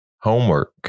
homework